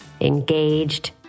engaged